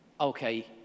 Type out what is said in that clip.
Okay